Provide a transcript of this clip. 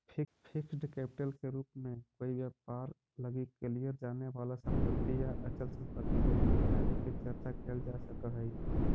fixed capital के रूप में कोई व्यापार लगी कलियर जाने वाला संपत्ति या अचल संपत्ति जमीन इत्यादि के चर्चा कैल जा सकऽ हई